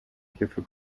hierfür